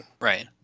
Right